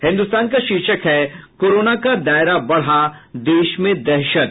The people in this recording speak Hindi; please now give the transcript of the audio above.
हिन्दुस्तान का शीर्षक है कोरोना का दायरा बढ़ा देश में दहशत